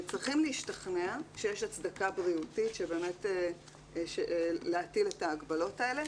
צריכים להשתכנע שיש הצדקה בריאותית באמת להטיל את ההגבלות האלה.